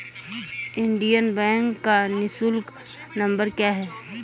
Indian Bank का निःशुल्क number क्या है?